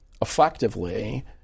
effectively